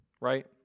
right